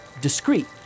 discrete